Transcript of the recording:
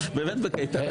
אנחנו באמת בקייטנה.